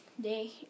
day